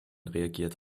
reagiert